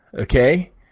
Okay